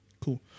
Cool